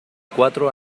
cuatro